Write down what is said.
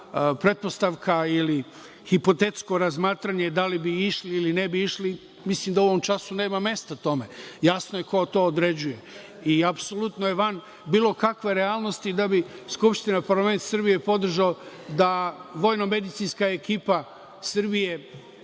pretpostavka, ili hipotetsko razmatranje da li bi išli ili ne bi išli, mislim da u ovom času nema mesta tome, jasno je ko to određuje. Apsolutno je van bilo kakve realnosti da bi Skupština, Parlament Srbije podržao da vojno-medicinska ekipa Srbije